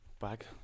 back